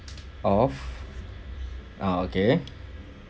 of ah okay